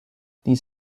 these